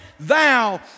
thou